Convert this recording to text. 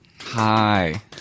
Hi